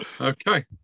Okay